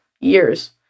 years